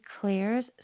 clears